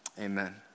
Amen